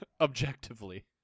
objectively